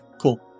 cool